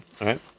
Right